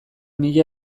mila